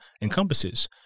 encompasses